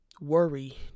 Worry